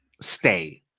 Stay